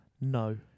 No